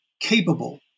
capable